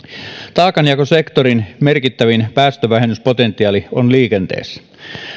taakanjakosektorin merkittävin päästövähennyspotentiaali on liikenteessä